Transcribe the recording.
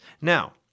Now